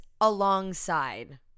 alongside